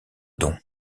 dons